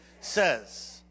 says